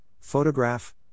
photograph